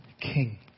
king